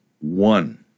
one